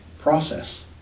process